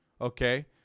okay